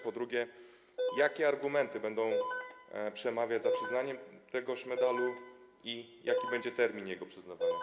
Po drugie, jakie argumenty będą przemawiać za przyznaniem tegoż medalu i jaki będzie termin jego przyznawania?